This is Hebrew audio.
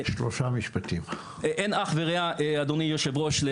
אדוני היושב-ראש,